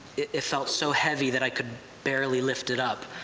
it it felt so heavy that i could barely lift it up,